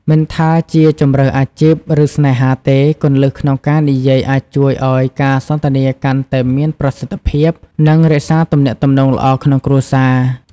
មិនថាជាជម្រើសអាជីព ឬស្នេហាទេ គន្លឹះក្នុងការនិយាយអាចជួយឱ្យការសន្ទនាកាន់តែមានប្រសិទ្ធភាព និងរក្សាទំនាក់ទំនងល្អក្នុងគ្រួសារ។